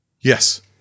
Yes